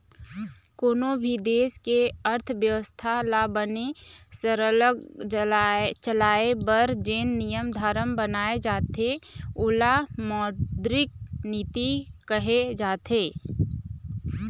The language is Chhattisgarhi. कोनों भी देश के अर्थबेवस्था ल बने सरलग चलाए बर जेन नियम धरम बनाए जाथे ओला मौद्रिक नीति कहे जाथे